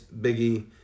Biggie